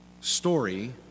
story